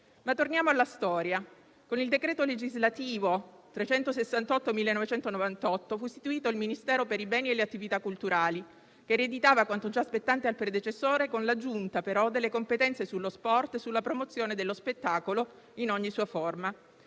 Ma torniamo alla storia: con il decreto legislativo n. 368 del 1998 fu istituito il Ministero per i beni e le attività culturali, che ereditava quanto già spettante al predecessore, con l'aggiunta, però, delle competenze sullo sport e sulla promozione dello spettacolo in ogni sua forma.